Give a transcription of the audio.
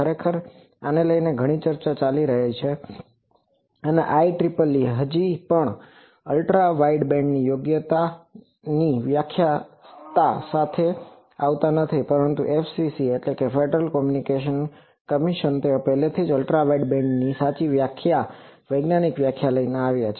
ખરેખર આને લઈને ઘણી ચર્ચા ચાલી રહી છે અને IEEE હજી પણ અલ્ટ્રા વાઇડબેન્ડની યોગ્ય વ્યાખ્યા સાથે નથી આવતાં પરંતુ FCC ફેડરલ કમ્યુનિકેશન કમિશન તેઓ પહેલેથી જ અલ્ટ્રા વાઇડબેન્ડની સાચી વ્યાખ્યા વૈજ્ઞાનિક વ્યાખ્યા લઈને આવ્યા છે